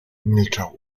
milczał